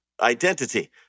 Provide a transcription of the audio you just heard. identity